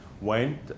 went